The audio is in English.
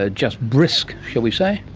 ah just brisk, shall we say.